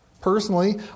Personally